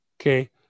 Okay